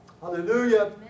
Hallelujah